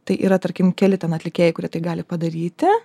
tai yra tarkim keli ten atlikėjai kurie tai gali padaryti